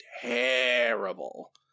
terrible